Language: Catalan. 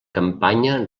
campanya